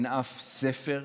אין אף ספר.